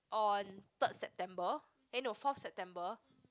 on third September eh no fourth September